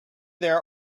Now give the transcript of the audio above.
there